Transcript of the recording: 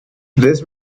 this